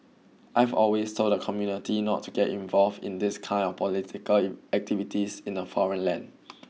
I've always told the community not to get involved in these kind of political activities in a foreign land